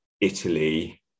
Italy